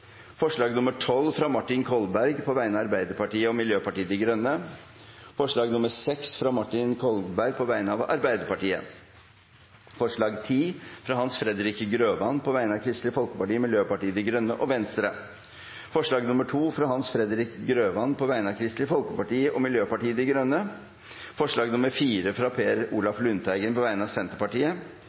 forslag nr. 12, fra Martin Kolberg på vegne av Arbeiderpartiet og Miljøpartiet De Grønne forslag nr. 6, fra Martin Kolberg på vegne av Arbeiderpartiet forslag nr. 10, fra Hans Fredrik Grøvan på vegne av Kristelig Folkeparti, Venstre og Miljøpartiet De Grønne forslag nr. 2, fra Hans Fredrik Grøvan på vegne av Kristelig Folkeparti og Miljøpartiet De Grønne forslag nr. 4, fra Per Olaf Lundteigen på vegne av Senterpartiet